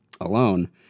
alone